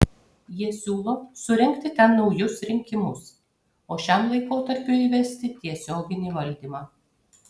jie siūlo surengti ten naujus rinkimus o šiam laikotarpiui įvesti tiesioginį valdymą